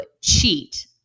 cheat